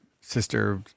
sister